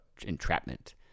entrapment